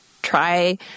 try